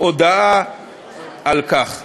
הודעה על כך.